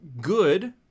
good